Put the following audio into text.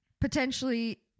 potentially